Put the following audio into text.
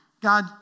God